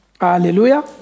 Hallelujah